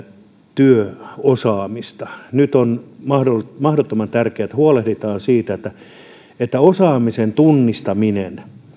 työosaamista nyt on mahdottoman tärkeää että huolehditaan osaamisen tunnistamisesta